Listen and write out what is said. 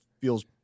feels